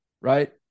right